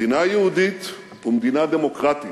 מדינה יהודית ומדינה דמוקרטית,